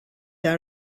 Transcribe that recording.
out